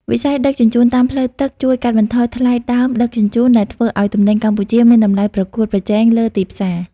វិស័យដឹកជញ្ជូនតាមផ្លូវទឹកជួយកាត់បន្ថយថ្លៃដើមដឹកជញ្ជូន ដែលធ្វើឱ្យទំនិញកម្ពុជាមានតម្លៃប្រកួតប្រជែងលើទីផ្សារ។